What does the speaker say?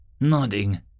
Nodding